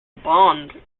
bond